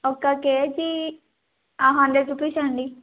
ఒక్క K G hundred rupees అండి